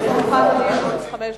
גברתי היושבת-ראש,